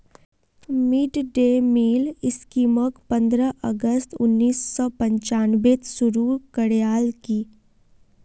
mid day meal स्कीमक पंद्रह अगस्त उन्नीस सौ पंचानबेत शुरू करयाल की